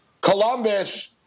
Columbus